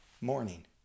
morning